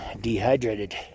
dehydrated